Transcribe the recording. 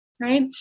right